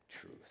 truth